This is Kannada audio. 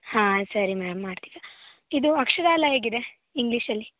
ಹಾಂ ಸರಿ ಮೇಡಮ್ ಮಾಡ್ತೀವಿ ಇದು ಅಕ್ಷರ ಎಲ್ಲ ಹೇಗಿದೆ ಇಂಗ್ಲೀಷಲ್ಲಿ